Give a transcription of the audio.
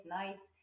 nights